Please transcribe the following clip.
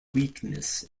weakness